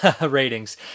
ratings